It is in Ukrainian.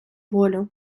волю